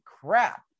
crap